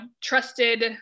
trusted